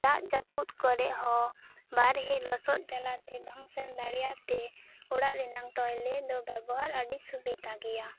ᱫᱟᱜ ᱡᱟᱯᱩᱫ ᱠᱚᱨᱮᱫ ᱦᱚ ᱵᱟᱨᱦᱮ ᱞᱚᱥᱚᱫ ᱡᱟᱞᱟᱛᱮ ᱵᱟᱝ ᱥᱮᱱ ᱫᱟᱲᱮᱭᱟᱜ ᱛᱮ ᱚᱲᱟᱜ ᱨᱮᱱᱟᱜ ᱴᱚᱭᱞᱮᱴ ᱵᱮᱵᱚᱦᱟᱨ ᱟᱹᱰᱤ ᱥᱩᱵᱤᱫᱟ ᱜᱮᱭᱟ